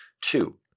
Two